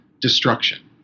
destruction